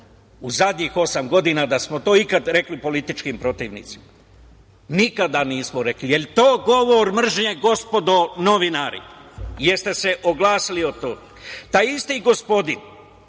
u zadnjih osam godina da smo to ikad rekli političkim protivnicima? Nikad nismo rekli. Je li to govor mržnje, gospodo novinari? Jeste li se oglasili o tome? Taj isti gospodin